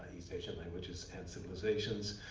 east asian languages and civilizations,